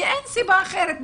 אין סיבה אחרת בעיניי.